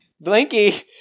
Blinky